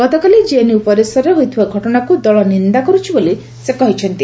ଗତକାଲି ଜେଏନ୍ୟୁ ପରିସରରେ ହୋଇଥିବା ଘଟଣାକୁ ଦଳ ନିନ୍ଦା କରୁଛି ବୋଲି ସେ କହିଚ୍ଛନ୍ତି